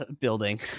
building